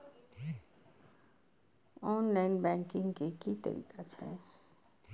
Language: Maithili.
ऑनलाईन बैंकिंग के की तरीका छै?